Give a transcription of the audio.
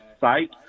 site